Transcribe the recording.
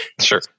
Sure